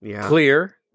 clear